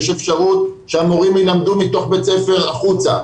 יש אפשרות שהמורים ילמדו מתוך בתי הספר החוצה,